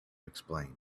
explain